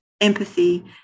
empathy